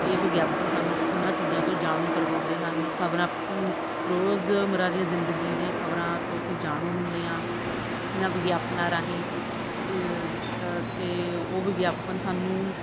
ਇਹ ਵਿਗਿਆਪਨ ਸਾਨੂੰ ਉਹਨਾਂ ਚੀਜ਼ਾਂ ਤੋਂ ਜਾਣੂ ਕਰਵਾਉਂਦੇ ਹਨ ਖ਼ਬਰਾਂ ਰੋਜ਼ਮਰਾ ਦੀਆਂ ਜ਼ਿੰਦਗੀ ਦੀਆਂ ਖ਼ਬਰਾਂ ਤੋਂ ਅਸੀਂ ਜਾਣੂ ਹੁੰਦੇ ਹਾਂ ਇਹਨਾਂ ਵਿਗਿਆਪਨਾਂ ਰਾਹੀਂ ਲ ਅਤੇ ਉਹ ਵਿਗਿਆਪਨ ਸਾਨੂੰ